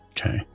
Okay